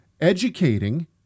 educating